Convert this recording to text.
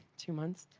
two months.